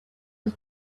was